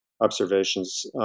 observations